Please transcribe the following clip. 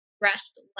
rest